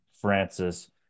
Francis